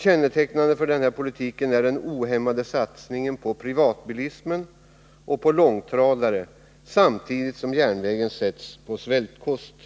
Kännetecknande för denna politik är den ohämmade satsningen på privatbilismen och på långtradare, samtidigt som järnvägen sätts på svältkost.